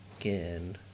again